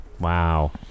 Wow